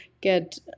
get